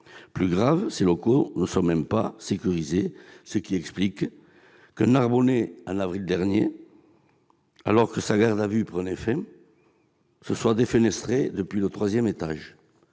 Plus grave, ces locaux ne sont même pas sécurisés, ce qui explique qu'un Narbonnais, en avril dernier, alors que sa garde à vue prenait fin, se soit défenestré depuis le troisième étage.